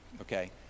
okay